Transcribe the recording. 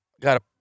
got